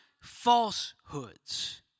falsehoods